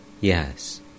yes